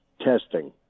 testing